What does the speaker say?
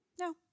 No